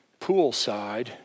poolside